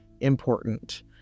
important